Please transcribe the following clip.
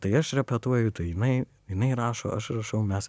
tai aš repetuoju tai jinai jinai rašo aš rašau mes